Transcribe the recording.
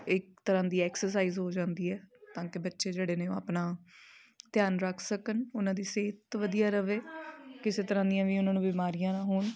ਇੱਕ ਤਰ੍ਹਾਂ ਦੀ ਐਕਸਰਸਾਈਜ਼ ਹੋ ਜਾਂਦੀ ਹੈ ਤਾਂ ਕਿ ਬੱਚੇ ਜਿਹੜੇ ਨੇ ਉਹ ਆਪਣਾ ਧਿਆਨ ਰੱਖ ਸਕਣ ਉਹਨਾਂ ਦੀ ਸਿਹਤ ਵਧੀਆ ਰਹੇ ਕਿਸੇ ਤਰ੍ਹਾਂ ਦੀਆਂ ਵੀ ਉਹਨਾਂ ਨੂੰ ਬਿਮਾਰੀਆਂ ਨਾ ਹੋਣ